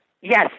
yes